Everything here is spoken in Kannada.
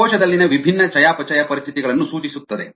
ಕೋಶದಲ್ಲಿನ ವಿಭಿನ್ನ ಚಯಾಪಚಯ ಪರಿಸ್ಥಿತಿಗಳನ್ನು ಸೂಚಿಸುತ್ತದೆ